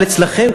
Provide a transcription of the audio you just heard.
אבל אצלכם,